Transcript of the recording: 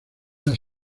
las